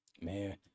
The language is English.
man